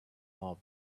mob